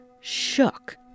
shook